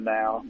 now